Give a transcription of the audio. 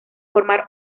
formar